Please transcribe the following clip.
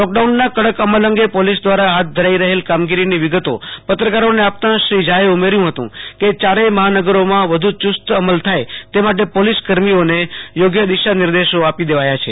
લોકડાઉનના કડક અમલ અંગે પોલીસ દવારા હાથ ધરાઈ રહેલ કામગોરીની વિગતો પત્રકારોને આપતાં શ્રી ઝાએ ઉમેર્યું કે ચારેય મહાનગરોમાં વધ ચસ્ત અમલ થાય તે માટે પોલીસકર્મીઓને યોગ્ય દિશા નિર્દેશો આપી દેવાયા છે